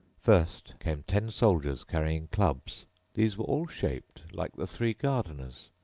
first came ten soldiers carrying clubs these were all shaped like the three gardeners,